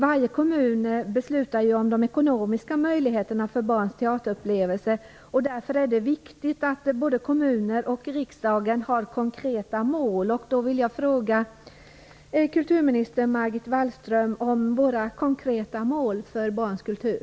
Varje kommun beslutar om de ekonomiska möjligheterna för barns teaterupplevelser. Därför är det viktigt att både kommunerna och riksdagen har konkreta mål. Jag vill fråga kulturminister Margot Wallström om våra konkreta mål för barns kultur.